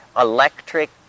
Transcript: electric